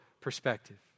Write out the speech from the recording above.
perspective